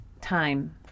time